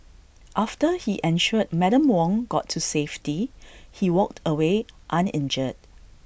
after he ensured Madam Wong got to safety he walked away uninjured